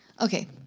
Okay